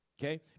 Okay